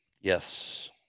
Yes